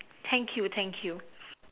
thank you thank you